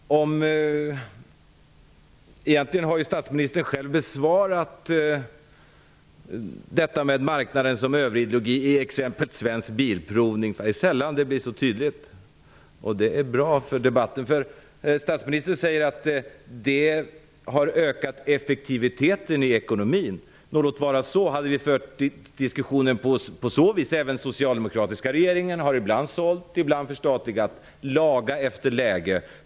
Herr talman! Egentligen har statsministern själv besvarat frågan om marknaden som överideologi i exemplet Svensk bilprovning. Det är sällan det blir så tydligt. Det är bra för debatten. Statsministern säger att effektiviteten i ekonomin har ökat. Låt så vara. Vi hade kunnat föra diskussionen på så vis. Även socialdemokratiska regeringar har ibland sålt och ibland förstatligat. Vi har lagat efter läge.